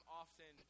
often